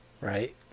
right